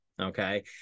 Okay